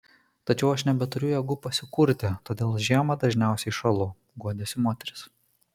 tačiau aš nebeturiu jėgų pasikurti todėl žiemą dažniausiai šąlu guodėsi moteris